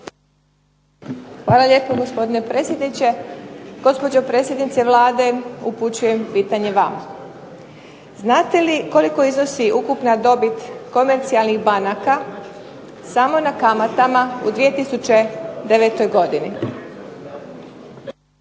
Hvala lijepo gospodine predsjedniče, gospođo predsjednice Vlade upućujem pitanje vama. Znate li koliko iznosi ukupna dobit komercijalnih banaka samo na kamatama u 2009. godini?